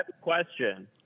question